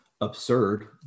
absurd